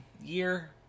year